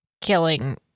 killing